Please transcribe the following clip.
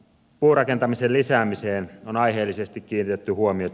puurakentamisen lisäämiseen on aiheellisesti kiinnitetty huomiota